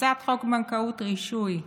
הצעת חוק הבנקאות (רישוי)